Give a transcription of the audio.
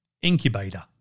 Incubator